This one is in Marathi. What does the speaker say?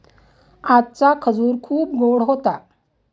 आजचा खजूर खूप गोड होता